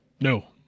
No